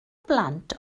blant